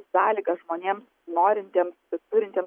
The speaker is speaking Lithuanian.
su sąlyga žmonėm norintiems turintiems